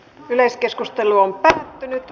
yleiskeskustelu päättyi